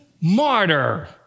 martyr